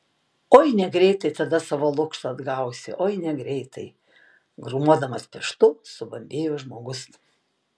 oi negreitai tada savo lukštą atgausi oi negreitai grūmodamas pirštu subambėjo žmogus